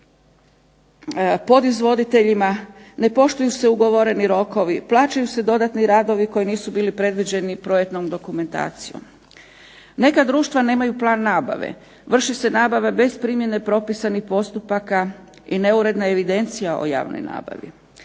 ne poštuju se ugovoreni rokovi, plaćaju se dodatni radovi koji nisu bili predviđeni projektnom dokumentacijom. Neka društva nemaju plan nabave. Vrši se nabava bez primjene propisanih postupaka i neuredna evidencija o javnoj nabavi.